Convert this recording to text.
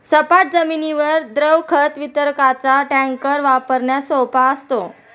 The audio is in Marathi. सपाट जमिनीवर द्रव खत वितरकाचा टँकर वापरण्यास सोपा असतो